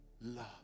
love